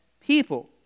people